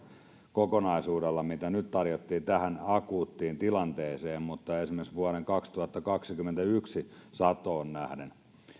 kokonaisuudella kuin mitä nyt tarjottiin tähän akuuttiin tilanteeseen mutta esimerkiksi vuoden kaksituhattakaksikymmentäyksi satoon nähden